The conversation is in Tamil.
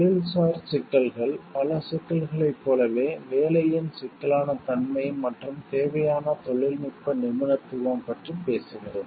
தொழில்சார் சிக்கல்கள் பல சிக்கல்களைப் போலவே வேலையின் சிக்கலான தன்மை மற்றும் தேவையான தொழில்நுட்ப நிபுணத்துவம் பற்றி பேசுகிறது